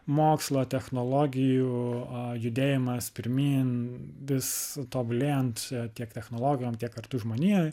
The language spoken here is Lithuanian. mokslo technologijų a judėjimas pirmyn vis tobulėjant tiek technologijom tiek kartu žmonijai